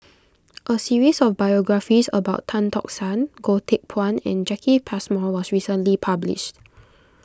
a series of biographies about Tan Tock San Goh Teck Phuan and Jacki Passmore was recently published